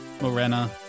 Morena